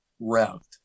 revved